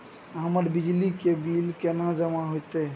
हमर बिजली के बिल केना जमा होते?